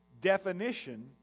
definition